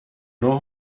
nur